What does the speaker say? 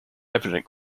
evident